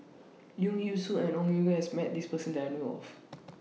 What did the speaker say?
Leong Yee Soo and Ong has Met This Person that I know of